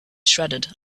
shredded